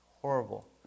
Horrible